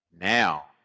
now